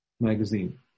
magazine